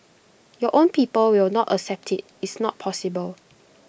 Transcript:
your own people will not accept IT it's not possible